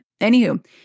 Anywho